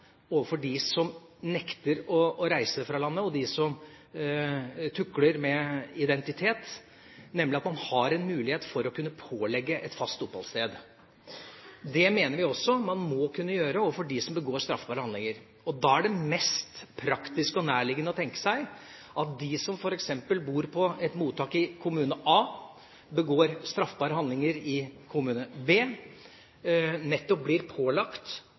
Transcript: overfor dem som nekter å reise fra landet, og dem som tukler med identitet, nemlig en mulighet for å kunne pålegge et fast oppholdssted. Det mener vi også man må kunne gjøre overfor dem som begår straffbare handlinger. Da er det mest praktisk og nærliggende å tenke seg at de som f.eks. bor på et mottak i kommune A, og begår straffbare handlinger i kommune B, blir pålagt